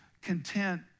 content